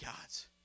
God's